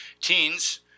Teens